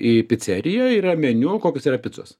į piceriją yra meniu kokios yra picos